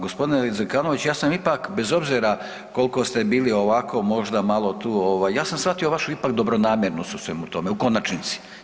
G. Zekanović, ja sam ipak, bez obzira koliko ste bili ovako možda malo tu, ja sam shvatio vašu ipak dobronamjernost u svemu tome u konačnici.